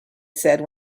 said